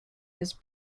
his